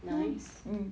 nice